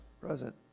Present